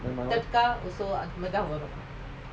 my one